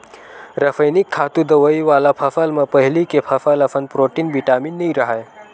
रसइनिक खातू, दवई वाला फसल म पहिली के फसल असन प्रोटीन, बिटामिन नइ राहय